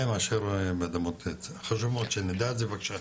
מאשר באדמות ט' חשוב מאוד שנדע את זה בבקשה.